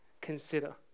Consider